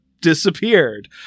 disappeared